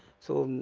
so,